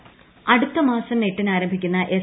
C അടുത്ത മാസം എട്ടിന് ആരംഭിക്കുന്ന എസ്